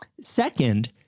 Second